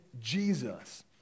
Jesus